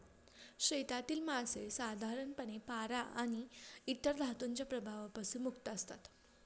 शेतातील मासे साधारणपणे पारा आणि इतर धातूंच्या प्रभावापासून मुक्त असतात